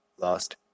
lost